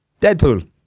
Deadpool